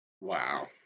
Wow